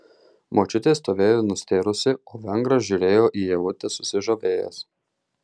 močiutė stovėjo nustėrusi o vengras žiūrėjo į ievutę susižavėjęs